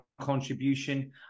contribution